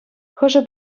хӑшӗ